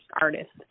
artist